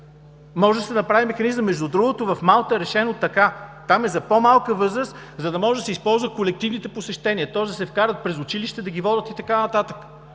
Може да се направи механизъм. Между другото, в Малта е решено така. Там е за по-малка възраст, за да може да се използват колективните посещения. Тоест да се вкарат и през училище да ги водят и така нататък.